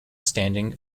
standing